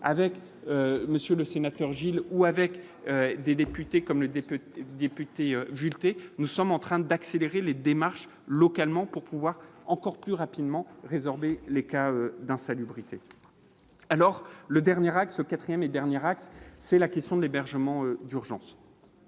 avec Monsieur le Sénateur, Gilles ou avec des députés, comme le député député Volter, nous sommes en train d'accélérer les démarches localement pour pouvoir encore plus rapidement résorbé les cas d'insalubrité alors le dernier acte ce 4ème et dernier axe, c'est la question de l'hébergement d'urgence